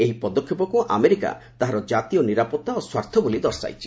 ଏହି ପଦକ୍ଷେପକ୍ ଆମେରିକା ତାହାର ଜାତୀୟ ନିରାପତ୍ତା ଓ ସ୍ୱାର୍ଥ ବୋଲି ଦର୍ଶାଇଛି